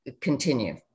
continue